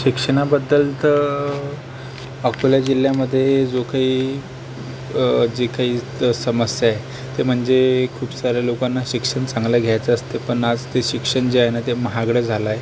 शिक्षणाबद्दल तर अकोला जिल्ह्यामध्ये जो काही जे काही समस्या आहे ते म्हणजे खूप साऱ्या लोकांना शिक्षण चांगलं घ्यायचं असतं पण आज ते शिक्षण जे आहे ना ते महागडं झालं आहे